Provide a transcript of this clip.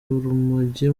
urumogi